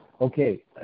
Okay